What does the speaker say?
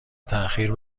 تاخیر